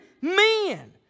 men